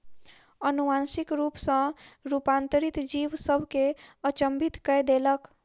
अनुवांशिक रूप सॅ रूपांतरित जीव सभ के अचंभित कय देलक